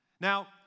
Now